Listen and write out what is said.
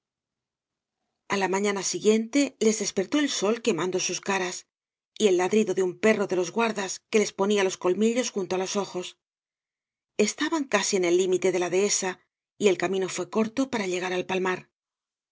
a la mañana siguiente les despertó el sol quemando bus caras y el ladrido de un perro de los guardas que les ponía los colmillos junto á los ojos estaban casi en el límite de la dehesa y el camino fué corto para llegar al palmar